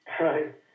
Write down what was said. Right